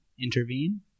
intervene